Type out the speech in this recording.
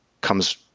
comes